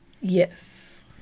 yes